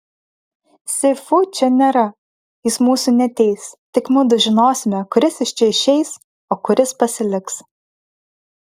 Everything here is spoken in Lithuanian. si fu čia nėra jis mūsų neteis tik mudu žinosime kuris iš čia išeis o kuris pasiliks